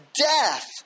death